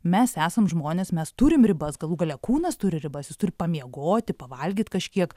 mes esam žmonės mes turim ribas galų gale kūnas turi ribas jis turi pamiegoti pavalgyt kažkiek